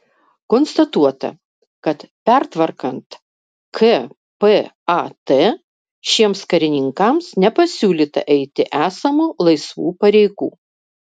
konstatuota kad pertvarkant kpat šiems karininkams nepasiūlyta eiti esamų laisvų pareigų